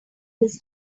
his